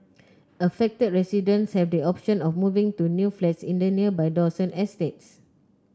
affected residents have the option of moving to new flats in the nearby Dawson estate